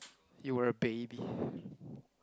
you were a baby